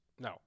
No